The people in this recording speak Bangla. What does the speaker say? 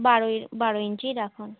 বারোই বারো ইঞ্চিই রাখুন